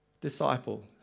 disciple